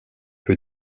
peu